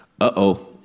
uh-oh